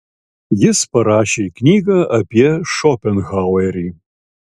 jis parašė knygą apie šopenhauerį